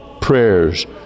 prayers